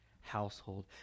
household